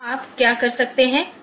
तो आप क्या कर सकते हैं